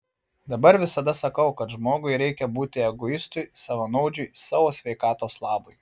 dabar visada sakau kad žmogui reikia būti egoistui savanaudžiui savo sveikatos labui